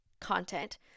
content